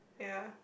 ya